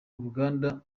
uruganda